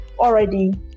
already